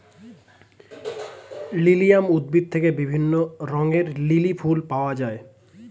lilium উদ্ভিদ থেকে বিভিন্ন রঙের লিলি ফুল পাওয়া যায়